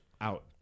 out